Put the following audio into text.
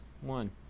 one